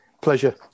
Pleasure